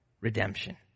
redemption